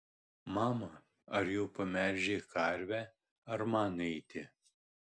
mama ar jau pamelžei karvę ar man eiti